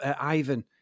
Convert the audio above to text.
Ivan